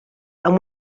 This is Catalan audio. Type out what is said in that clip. amb